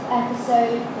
episode